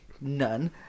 None